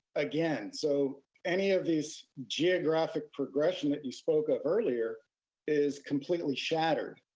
again. so any of these geographic progression that you spoke of earlier is completely shattered.